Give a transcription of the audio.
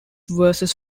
versus